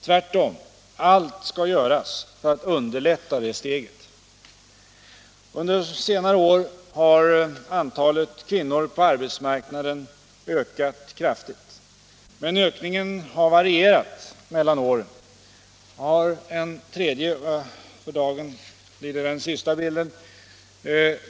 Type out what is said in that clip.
Tvärtom, allt skall göras för att underlätta det steget. Under senare år har antalet kvinnor på arbetsmarknaden ökat kraftigt, men ökningen har varierat mellan åren. Jag visar på TV-skärmen en tredje bild.